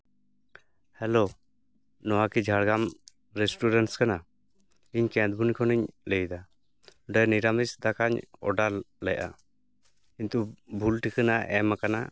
hello ᱱᱚᱣᱟᱠᱤ Jhargram restaurants ᱠᱟᱱᱟ ᱤᱧ ᱠᱮᱸᱫᱽᱵᱚᱱᱤ ᱠᱷᱚᱱᱤᱧ ᱞᱟᱹᱭᱫᱟ ᱱᱚᱸᱰᱮ ᱱᱤᱨᱟᱢᱤᱥ ᱫᱟᱠᱟᱧ ᱚᱰᱟᱨ ᱞᱮᱫᱼᱟ ᱠᱤᱱᱛᱩ ᱵᱷᱩᱞ ᱴᱷᱤᱠᱟᱹᱱᱟ ᱮᱢ ᱟᱠᱟᱱᱟ